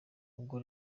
ubwo